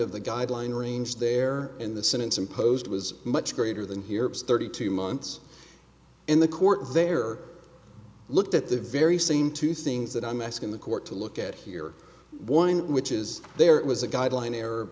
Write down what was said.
of the guideline range there in the sentence imposed was much greater than here thirty two months in the court there looked at the very same two things that i'm asking the court to look at here one which is there was a guideline